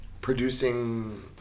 Producing